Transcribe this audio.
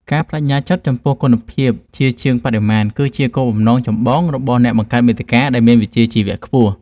ការប្តេជ្ញាចិត្តចំពោះគុណភាពជាជាងបរិមាណ គឺជាគោលបំណងចម្បងរបស់អ្នកបង្កើតមាតិកាដែលមានវិជ្ជាជីវៈខ្ពស់។